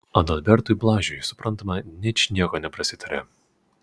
adalbertui blažiui suprantama ničnieko neprasitarė